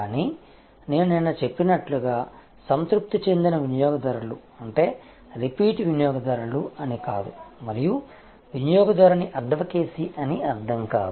కానీ నేను నిన్న చెప్పినట్లుగా సంతృప్తి చెందిన వినియోగదారులు అంటే రిపీట్ వినియోగదారులు అని కాదు మరియు వినియోగదారుని అడ్వకేసీ అని అర్ధం కాదు